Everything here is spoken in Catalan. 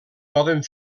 poden